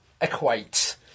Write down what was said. equate